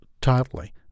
tightly